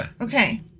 Okay